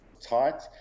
tight